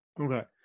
Okay